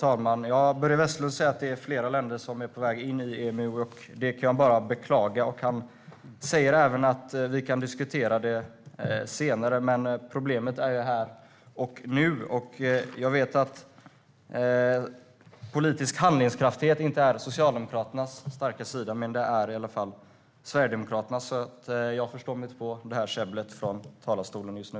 Herr talman! Börje Vestlund säger att det är flera länder som är på väg in i EMU. Det kan jag bara beklaga. Han säger även att vi kan diskutera detta senare, men problemet finns ju här och nu. Jag vet att politisk handlingskraft inte är Socialdemokraternas starka sida, men det är i alla fall Sverigedemokraternas. Jag förstår mig inte på käbblet från talarstolen just nu.